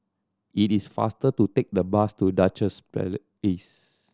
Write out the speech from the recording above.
it is faster to take the bus to Duchess